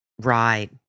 Right